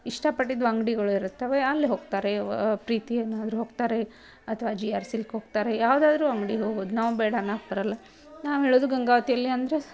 ಇಷ್ಟಪಟ್ಟಿದ್ದು ಅಂಗಡಿಗಳು ಇರುತ್ತವೆ ಅಲ್ಲಿ ಹೋಗ್ತಾರೆ ಪ್ರೀತಿಯನ್ನಾದರೂ ಹೋಗ್ತಾರೆ ಅಥವಾ ಜಿ ಆರ್ ಸಿಲ್ಕ್ ಹೋಗ್ತಾರೆ ಯಾವ್ದಾದ್ರೂ ಅಂಗ್ಡಿಗೆ ಹೋಗೋದು ನಾವು ಬೇಡ ಅನ್ನಕ್ಕೆ ಬರಲ್ಲ ನಾವು ಹೇಳೋದು ಗಂಗಾವತಿಯಲ್ಲಿ ಅಂದರೆ